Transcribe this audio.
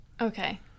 Okay